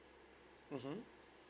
mmhmm